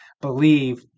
believe